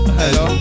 hello